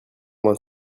vingt